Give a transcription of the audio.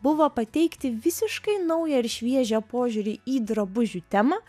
buvo pateikti visiškai naują ir šviežią požiūrį į drabužių temą